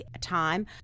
time